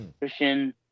Christian